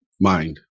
mind